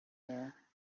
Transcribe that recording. there